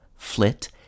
flit